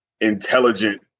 Intelligent